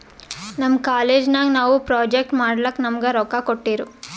ನಮ್ ಕಾಲೇಜ್ ನಾಗ್ ನಾವು ಪ್ರೊಜೆಕ್ಟ್ ಮಾಡ್ಲಕ್ ನಮುಗಾ ರೊಕ್ಕಾ ಕೋಟ್ಟಿರು